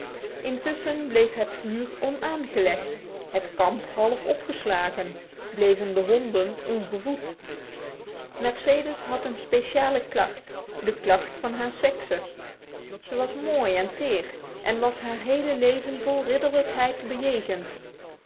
intussen bleef het vuur onaangelegd het kamp half opgeslagen bleven de honden ongevoed mercedes haa een speciale klacht de klacht van haar sekse ze was mooi en teer en was haar hele leven met ridderlijkheid bejegend